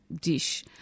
dish